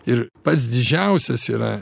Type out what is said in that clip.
ir pats didžiausias yra